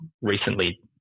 recently